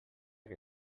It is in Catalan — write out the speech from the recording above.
que